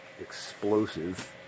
explosive